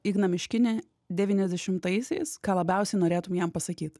igną miškinį devyniasdešimtaisiais ką labiausiai norėtum jam pasakyt